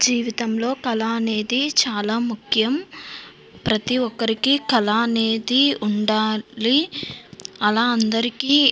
జీవితంలో కళ అనేది చాలా ముఖ్యం ప్రతీ ఒక్కరికి కళ అనేది ఉండాలి అలా అందరికీ